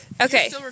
Okay